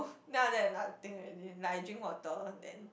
then after that nothing already like I drink water then